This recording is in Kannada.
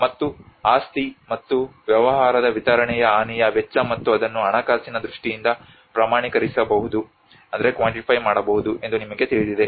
ಮತ್ತು ಆಸ್ತಿ ಮತ್ತು ವ್ಯವಹಾರದ ವಿವರಣೆಯ ಹಾನಿಯ ವೆಚ್ಚ ಮತ್ತು ಅದನ್ನು ಹಣಕಾಸಿನ ದೃಷ್ಟಿಯಿಂದ ಪ್ರಮಾಣೀಕರಿಸಬಹುದು ಎಂದು ನಿಮಗೆ ತಿಳಿದಿದೆ